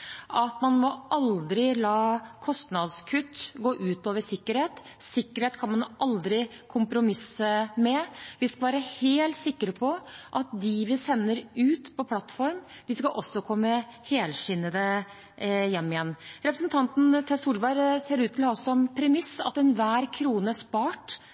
at man aldri må la kostnadskutt gå ut over sikkerhet. Sikkerhet kan man aldri kompromisse med. Vi skal være helt sikre på at dem vi sender ut på plattform, også skal komme helskinnet hjem igjen. Representanten Tvedt Solberg ser ut til å ha som premiss at enhver krone spart er